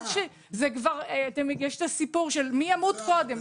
יש את הסיפור של מי ימות קודם,